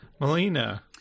Melina